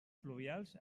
pluvials